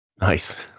nice